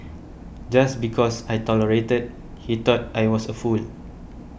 just because I tolerated he thought I was a fool